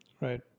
Right